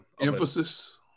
emphasis